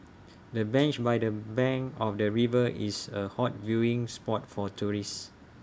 the bench by the bank of the river is A hot viewing spot for tourists